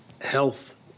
Health